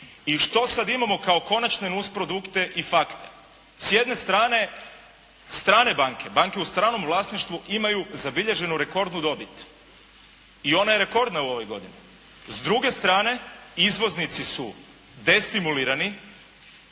I što sad imamo kao konačne nus produkte i fakte? S jedne strane strane banke, banke u stranom vlasništvu imaju zabilježenu rekordnu dobit. I ona je rekordna u ovoj godini. S druge strane izvoznici su destimulirani